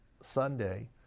Sunday